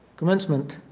commencement,